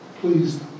please